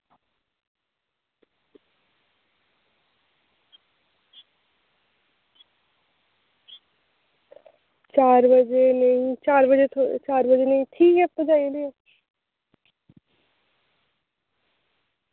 चार बजे नेईं चार बजे थो चार बजे नेईं ठीक ऐ पजाई ओड़ेओ